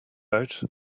out